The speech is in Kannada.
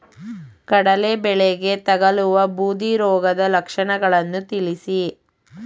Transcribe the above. ಕಡಲೆ ಬೆಳೆಗೆ ತಗಲುವ ಬೂದಿ ರೋಗದ ಲಕ್ಷಣಗಳನ್ನು ತಿಳಿಸಿ?